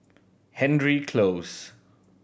Hendry Close